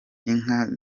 inka